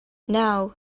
now